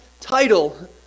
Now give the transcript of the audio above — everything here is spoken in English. title